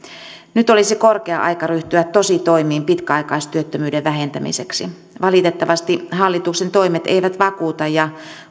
nyt olisi korkea aika ryhtyä tositoimiin pitkäaikaistyöttömyyden vähentämiseksi valitettavasti hallituksen toimet eivät vakuuta ja